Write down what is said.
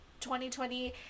2020